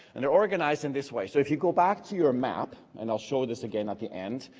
and are organized in this way. so if you go back to your map, and i will show this again at the end.